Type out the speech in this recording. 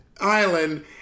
island